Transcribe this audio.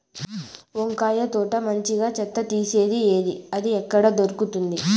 వంకాయ తోట మంచిగా చెత్త తీసేది ఏది? అది ఎక్కడ దొరుకుతుంది?